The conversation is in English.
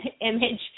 image